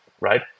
right